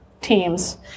teams